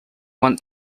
want